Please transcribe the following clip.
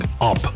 up